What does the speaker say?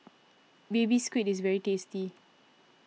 Baby Squid is very tasty